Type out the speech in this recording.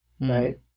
right